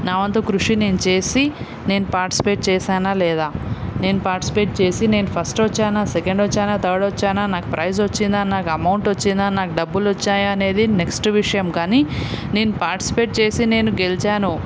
నా వంతు కృషి నేను చేసి నేను పాటిస్పేట్ చేశానా లేదా నేను పాటిస్పేట్ చేసి నేను ఫస్ట్ వచ్చానా సెకండ్ వచ్చానా థర్డ్ వచ్చానా నాకు ఫ్రైజ్ వచ్చిందా నాకు అమౌంట్ వచ్చిందా నాకు డబ్బులు వచ్చాయి అనేది నెక్స్ట్ విషయం కానీ నేను పాటిస్పేట్ చేసి నేను గెలిచాను